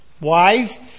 Wives